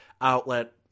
outlet